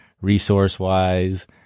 resource-wise